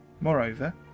Moreover